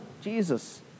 Jesus